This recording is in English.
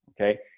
okay